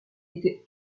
était